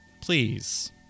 please